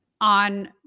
on